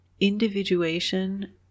individuation